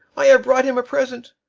i have brought him a present.